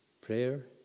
Prayer